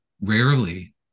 rarely